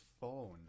phone